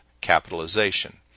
Capitalization